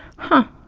huh,